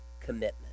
commitment